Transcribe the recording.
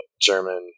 German